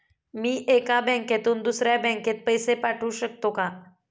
मी एका बँकेतून दुसऱ्या बँकेत पैसे पाठवू शकतो का?